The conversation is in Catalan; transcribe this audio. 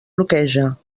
bloqueja